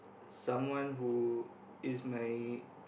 someone who is my